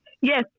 Yes